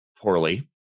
poorly